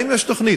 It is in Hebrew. האם יש תוכנית?